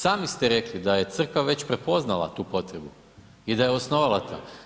Sami ste rekli da je Crkva već prepoznala tu potrebu i da je osnovala to.